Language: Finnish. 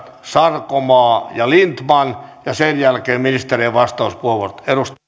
sarkomaa ja lindtman sen jälkeen ministerien vastauspuheenvuorot